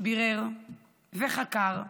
בירר וחקר,